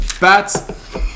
bats